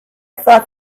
thought